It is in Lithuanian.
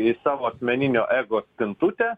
į savo akmeninio ego spintutę